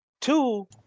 Two